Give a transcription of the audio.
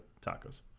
tacos